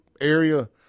area